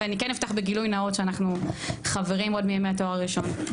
ואני כן אפתח בגילוי נאות שאנחנו חברים עוד מימי התואר הראשון.